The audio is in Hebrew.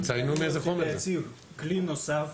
אני רוצה להציג כלי נוסף,